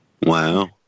Wow